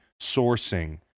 sourcing